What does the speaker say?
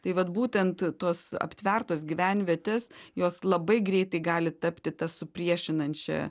tai vat būtent tos aptvertos gyvenvietės jos labai greitai gali tapti ta supriešinančia